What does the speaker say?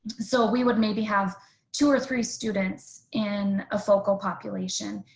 so we would maybe have two or three students in a focal population.